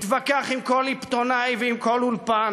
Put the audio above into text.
מתווכח עם כל עיתונאי ועם כל אולפן.